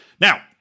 Now